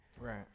Right